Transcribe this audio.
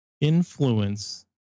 influence